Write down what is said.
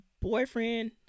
boyfriend